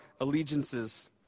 allegiances